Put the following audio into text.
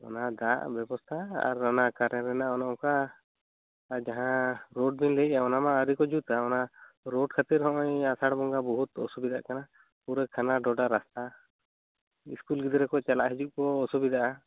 ᱚᱱᱟ ᱫᱟᱜ ᱵᱮᱵᱚᱥᱛᱟ ᱟᱨ ᱚᱱᱟ ᱠᱟᱨᱮᱱ ᱨᱮᱱᱟᱜ ᱚᱱᱮ ᱚᱱᱠᱟ ᱟᱨ ᱡᱟᱦᱟᱸ ᱨᱳᱰ ᱵᱮᱱ ᱞᱟᱹᱭᱮᱜᱼᱟ ᱚᱱᱟ ᱢᱟ ᱟᱹᱣᱨᱤ ᱠᱚ ᱡᱩᱛᱟ ᱚᱱᱟ ᱨᱳᱰ ᱠᱷᱟᱹᱛᱤᱨ ᱦᱚᱸ ᱚᱭ ᱟᱥᱟᱲ ᱵᱚᱸᱜᱟ ᱵᱚᱦᱩᱛ ᱚᱥᱩᱵᱤᱫᱟᱜ ᱠᱟᱱᱟ ᱯᱩᱨᱟᱹ ᱠᱷᱟᱱᱟᱼᱰᱷᱚᱰᱟ ᱨᱟᱥᱛᱟ ᱤᱥᱠᱩᱞ ᱜᱤᱫᱽᱨᱟᱹ ᱠᱚ ᱪᱟᱞᱟᱜ ᱦᱤᱡᱩᱜ ᱠᱚ ᱚᱥᱩᱵᱤᱫᱟᱜᱼᱟ